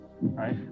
right